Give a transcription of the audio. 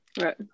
Right